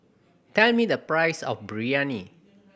tell me the price of Biryani